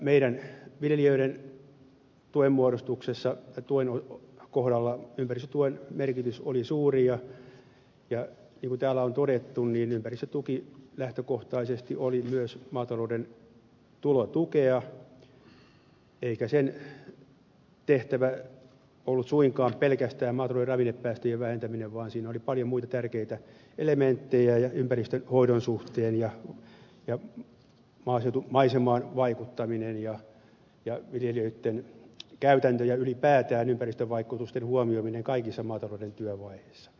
meidän viljelijöiden tuen kohdalla ympäristötuen merkitys oli suuri ja niin kuin täällä on todettu ympäristötuki lähtökohtaisesti oli myös maatalouden tulotukea eikä sen tehtävä ollut suinkaan pelkästään maatalouden ravinnepäästöjen vähentäminen vaan siinä oli paljon muita tärkeitä elementtejä ympäristönhoidon maaseutumaisemaan vaikuttamisen ja viljelijöitten käytännön suhteen ja ylipäätään ympäristön vaikutusten huomioimisessa kaikissa maatalouden työvaiheissa